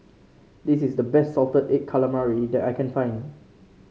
this is the best Salted Egg Calamari that I can find